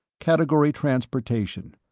category transportation,